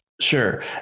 Sure